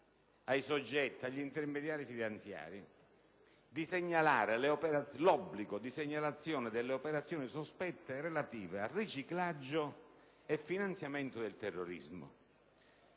carico agli intermediari finanziari l'obbligo di segnalazione delle operazioni sospette relative al riciclaggio e finanziamento del terrorismo.